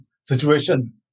situation